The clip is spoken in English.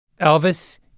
Elvis